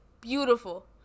beautiful